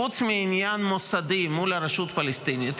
חוץ מעניין מוסדי מול הרשות הפלסטינית,